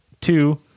Two